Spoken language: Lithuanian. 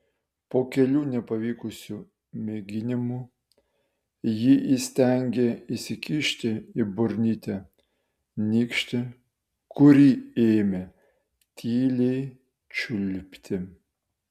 po kelių nepavykusių mėginimų ji įstengė įsikišti į burnytę nykštį kurį ėmė tyliai čiulpti